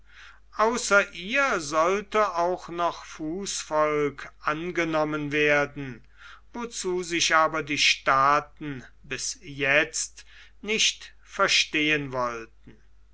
außer ihr sollte auch noch fußvolk angenommen werden wozu sich aber die staaten bis jetzt nicht verstehen wollten